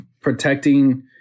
Protecting